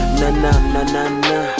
na-na-na-na-na